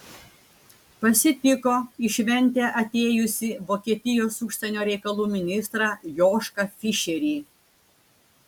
pasitiko į šventę atėjusį vokietijos užsienio reikalų ministrą jošką fišerį